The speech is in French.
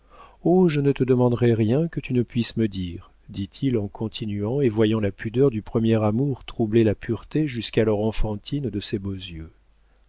je ne te demanderai rien que tu ne puisses me dire dit-il en continuant et voyant la pudeur du premier amour troubler la pureté jusqu'alors enfantine de ces beaux yeux